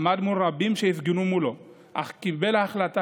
עמד מול רבים שהפגינו מולו אך קיבל החלטה